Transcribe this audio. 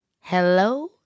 Hello